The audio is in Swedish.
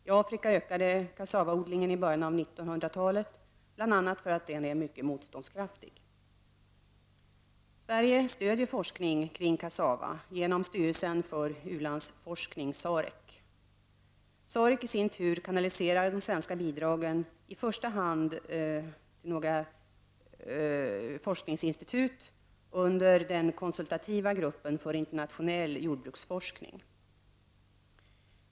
I Afrika ökade kassavaodlingen i början av 1900-talet, bl.a. för att den är mycket motståndskraftig. Sverige stöder forskning kring kassava genom styrelsen för u-landsforskning . SAREC i sin tur kanaliserar de svenska bidragen till i första hand några forskningsinstitut under den konsultativa gruppen för internationell jordbruksforskning .